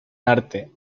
arte